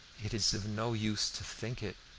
it is of no use to think it,